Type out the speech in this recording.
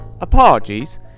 Apologies